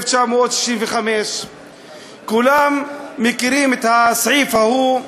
1965. כולם מכירים את הסעיף ההוא,